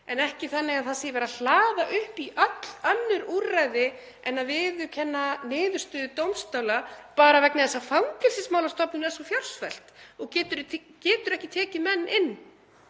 en ekki þannig að það sé verið að hlaða upp í öll önnur úrræði en að viðurkenna niðurstöðu dómstóla bara vegna þess að Fangelsismálastofnun er svo fjársvelt að hún getur ekki tekið menn inn.